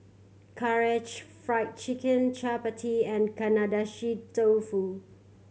Karaage Fried Chicken Chapati and Agedashi Dofu